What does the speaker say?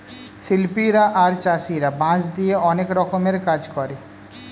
শিল্পীরা আর চাষীরা বাঁশ দিয়ে অনেক রকমের কাজ করে